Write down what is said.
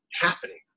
happening